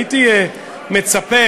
הייתי מצפה,